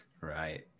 Right